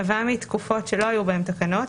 נבע מתקופות שלא היו בהן תקנות,